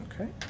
Okay